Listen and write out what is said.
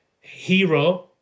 hero